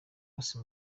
hose